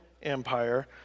Empire